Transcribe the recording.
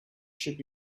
should